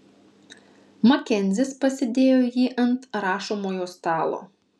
makenzis pasidėjo jį ant rašomojo stalo